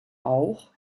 auch